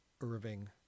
Irving